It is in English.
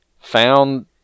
found